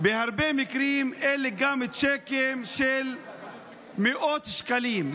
בהרבה מקרים אלה גם צ'קים של מאות שקלים,